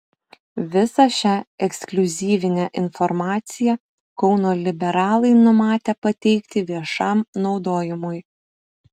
visą šią ekskliuzyvinę informaciją kauno liberalai numatę pateikti viešam naudojimui